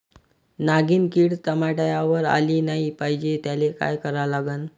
नागिन किड टमाट्यावर आली नाही पाहिजे त्याले काय करा लागन?